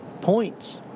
points